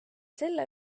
selle